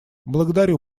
благодарю